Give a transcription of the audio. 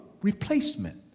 Replacement